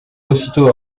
aussitôt